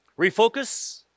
refocus